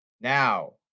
Now